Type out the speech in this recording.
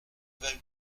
vingt